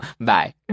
Bye